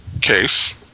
case